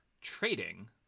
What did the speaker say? trading